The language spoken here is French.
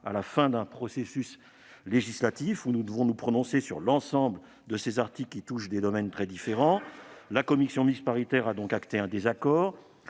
à la fin du processus législatif et devons nous prononcer sur l'ensemble de ces articles, qui touchent à des domaines très différents. La commission mixte paritaire a, elle, acté un désaccord.